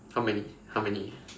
how many how many